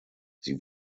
sie